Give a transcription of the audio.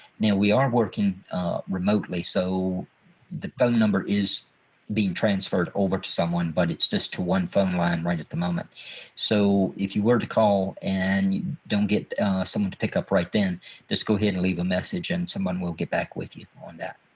now we are working remotely so the phone number is being transferred over to someone but it's just to one phone line right at the moment so if you were to call and you don't get someone to pick up right away then just go ahead and leave a message and someone will get back with you on that.